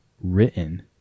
written